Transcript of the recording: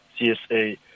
CSA